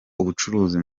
ubucuruzi